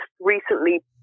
recently